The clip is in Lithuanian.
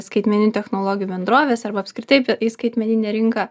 skaitmeninių technologijų bendroves arba apskritai į skaitmeninę rinką